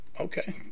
okay